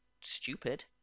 stupid